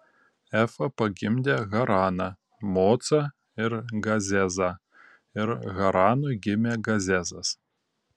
efa pagimdė haraną mocą ir gazezą ir haranui gimė gazezas